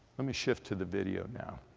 let me shift to the video now.